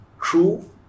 true